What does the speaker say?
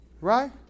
right